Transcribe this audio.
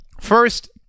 First